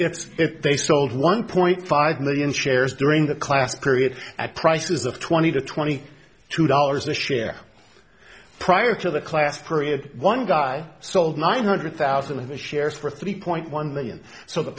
it's they sold one point five million shares during that class period at prices of twenty to twenty two dollars a share prior to the class period one guy sold nine hundred thousand of its shares for three point one million so the